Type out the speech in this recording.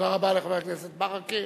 תודה רבה לחבר הכנסת ברכה.